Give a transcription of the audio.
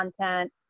content